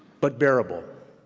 but bearable.